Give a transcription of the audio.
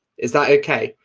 is that okay?